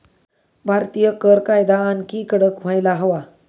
भारतीय कर कायदा आणखी कडक व्हायला हवा